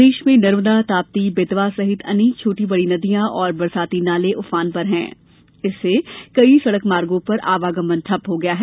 प्रदेश में नर्मदा ताप्ती बेतवा सहित अनेक छोटी बड़ी नदियां और बरसाती नाले ऊफान पर हैं इससे कई सडक मार्गो पर आवागमन ठप हो गया है